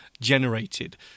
generated